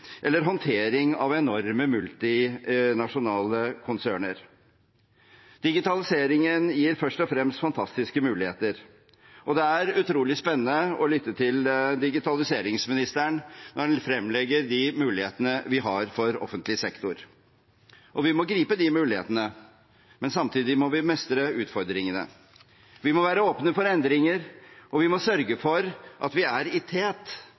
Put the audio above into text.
eller håndtering av enorme multinasjonale konserner. Digitaliseringen gir først og fremst fantastiske muligheter, og det utrolig spennende å lytte til digitaliseringsministeren når han fremlegger de mulighetene vi har for offentlig sektor. Vi må gripe de mulighetene, men samtidig må vi mestre utfordringene. Vi må være åpne for endringer, og vi må sørge for at vi er i tet